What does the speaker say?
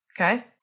Okay